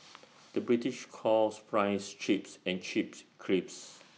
the British calls Fries Chips and chips